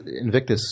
Invictus